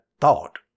thought